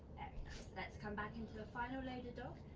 let's come back into a final loaded dog,